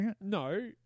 No